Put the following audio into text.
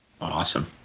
Awesome